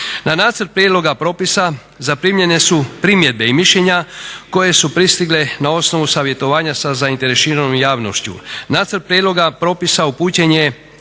Na nacrt prijedloga propisa zaprimljene su primjedbe i mišljenja koje su pristigle na osnovu savjetovanja sa zainteresiranom javnošću. Nacrt prijedloga propisa upućen je